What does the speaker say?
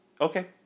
Okay